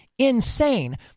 Insane